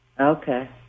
Okay